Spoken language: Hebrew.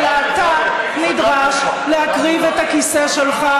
אלא אתה נדרש להקריב את הכיסא שלך,